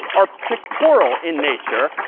are pictorial in nature.